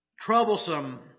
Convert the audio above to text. Troublesome